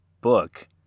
book